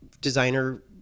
designer